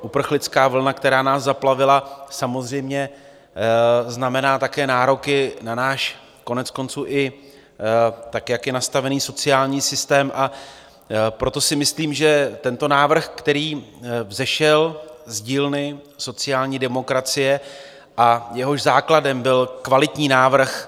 Uprchlická vlna, která nás zaplavila, samozřejmě znamená nároky na náš koneckonců tak, jak je nastavený sociální systém, a proto si myslím, že tento návrh, který vzešel z dílny sociální demokracie a jehož základem byl kvalitní návrh...